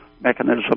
mechanism